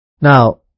Now